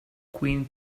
queen